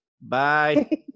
Bye